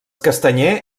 castanyer